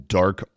dark